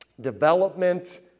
development